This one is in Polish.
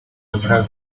obrazu